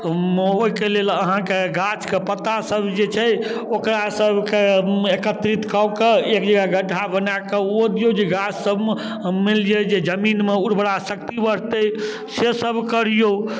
ओहिके लेल अहाँके गाछके पत्तासब जे छै ओकरा सबके एकत्रित कऽ कऽ एक जगह गड्ढा बनाकऽ ओ दिऔ जे गाछ सबमे मानि लिअऽ जे जमीनमे उर्वराशक्ति बढ़तै से सब करिऔ